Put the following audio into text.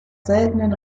seltenen